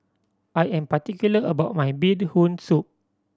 I am particular about my Bee Hoon Soup